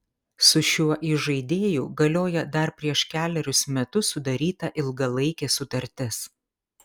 su šiuo įžaidėju galioja dar prieš kelerius metus sudaryta ilgalaikė sutartis